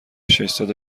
ششصد